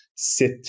sit